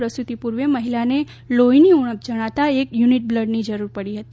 પ્રસુતી પૂર્વે મહિલાને લોફીની ઉણપ જણાતા એક યુનિટ બ્લડ ની જરૂર પડી હતી